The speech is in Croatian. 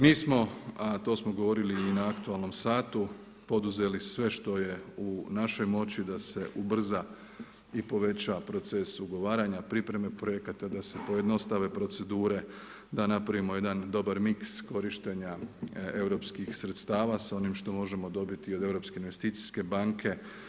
Mi smo, a to smo govorili i na aktualnom satu poduzeli sve što je u našoj moći da se ubrza i poveća proces ugovaranja pripreme projekata, da se pojednostave procedure, da napravimo jedan dobar miks korištenja europskih sredstava sa onim što možemo dobiti od Europske investicijske banke.